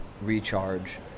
recharge